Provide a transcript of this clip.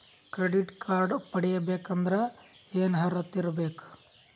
Credit card ಪಡಿಬೇಕಂದರ ಏನ ಅರ್ಹತಿ ಇರಬೇಕು?